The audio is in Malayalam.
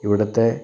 ഇവിടുത്തെ